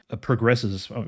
progresses